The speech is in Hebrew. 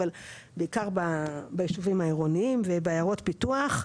אבל בעיקר בישובים העירוניים ובעיירות הפיתוח.